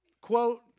quote